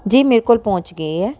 ਜੀ ਮੇਰੇ ਕੋਲ ਪਹੁੰਚ ਗਈ ਹੈ